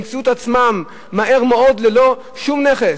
הם ימצאו את עצמם מהר מאוד ללא שום נכס,